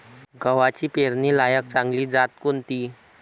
गव्हाची पेरनीलायक चांगली जात कोनची?